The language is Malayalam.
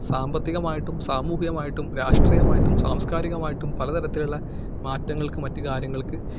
സാമ്പത്തികമായിട്ടും സാമൂഹ്യമായിട്ടും രാഷ്ട്രീയമായിട്ടും സാംസ്കാരികമായിട്ടും പലതരത്തിലുള്ള മാറ്റങ്ങൾക്ക് മറ്റു കാര്യങ്ങൾക്ക്